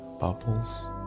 bubbles